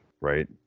right